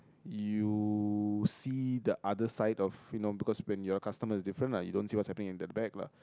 you see the other side of you know because when you're customer is different lah you don't see what's happening in the back lah